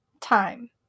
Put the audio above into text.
time